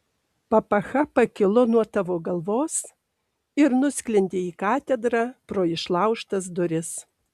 papacha pakilo nuo tavo galvos ir nusklendė į katedrą pro išlaužtas duris